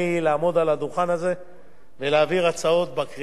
ולהעביר הצעות בקריאה השנייה ובקריאה השלישית.